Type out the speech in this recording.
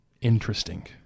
interesting